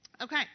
Okay